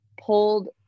pulled